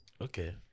Okay